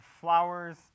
flowers